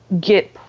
get